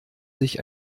sich